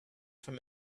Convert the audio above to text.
from